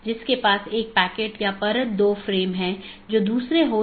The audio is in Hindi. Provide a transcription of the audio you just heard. अन्यथा पैकेट अग्रेषण सही नहीं होगा